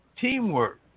teamwork